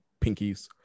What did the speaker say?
pinkies